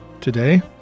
today